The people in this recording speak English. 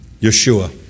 Yeshua